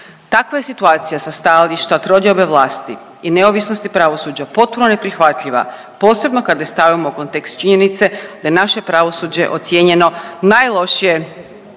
Takva je situacija sa stajališta trodiobe vlasti i neovisnosti pravosuđa potpuno neprihvatljiva posebno kada i stavimo u kontekst činjenice da je naše pravosuđe ocijenjeno najlošije,